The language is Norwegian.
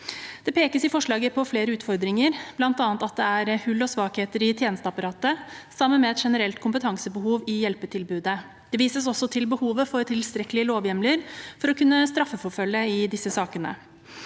Det pekes i forslaget på flere utfordringer, bl.a. at det er hull og svakheter i tjenesteapparatet, sammen med et generelt kompetansebehov i hjelpetilbudet. Det vises også til behovet for tilstrekkelige lovhjemler for å kunne straffeforfølge i disse sakene.